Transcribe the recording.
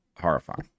horrifying